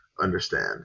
understand